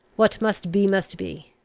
what must be must be.